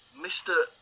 Mr